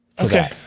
Okay